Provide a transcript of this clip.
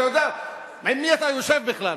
אתה יודע עם מי אתה יושב בכלל?